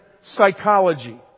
psychology